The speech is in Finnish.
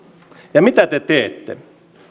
ja mitä te teette